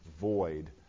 void